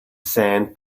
sand